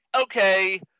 okay